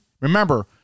Remember